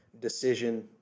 decision